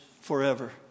forever